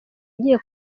agiye